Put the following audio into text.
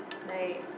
like